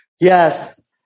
Yes